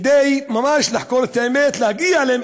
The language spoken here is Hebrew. כדי ממש לחקור את האמת, להגיע אליה.